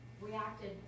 reacted